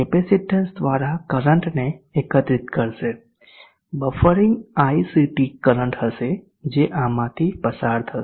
capacitance દ્વારા કરંટને એકત્રિત કરશે બફરિંગ icT કરંટ હશે જે આમાંથી પસાર થશે